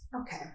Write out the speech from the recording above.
Okay